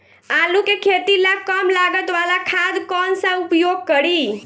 आलू के खेती ला कम लागत वाला खाद कौन सा उपयोग करी?